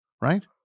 right